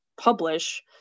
publish